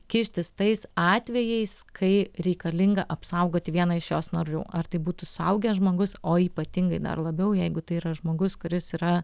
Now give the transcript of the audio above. kištis tais atvejais kai reikalinga apsaugoti vieną iš jos narių ar tai būtų suaugęs žmogus o ypatingai dar labiau jeigu tai yra žmogus kuris yra